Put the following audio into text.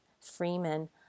Freeman